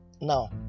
Now